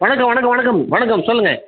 வணக்கம் வணக்கம் வணக்கம் வணக்கம் சொல்லுங்கள்